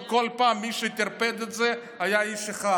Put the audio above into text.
וכל פעם מי שטרפד את זה היה איש אחד.